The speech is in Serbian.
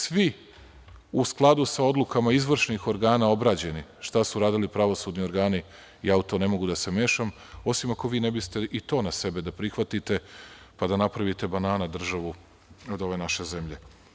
Svi, u skladu sa odlukama izvršnih organa obrađeni, šta su radili pravosudni organi, ja u to ne mogu da se mešam, osim ako vi ne biste i to na sebe da prihvatite, pa da napravite banana državu od ove naše zemlje.